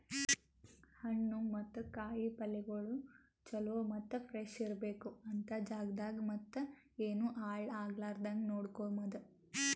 ಹಣ್ಣು ಮತ್ತ ಕಾಯಿ ಪಲ್ಯಗೊಳ್ ಚಲೋ ಮತ್ತ ಫ್ರೆಶ್ ಇರ್ಬೇಕು ಅಂತ್ ಜಾಗದಾಗ್ ಮತ್ತ ಏನು ಹಾಳ್ ಆಗಲಾರದಂಗ ನೋಡ್ಕೋಮದ್